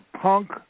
Punk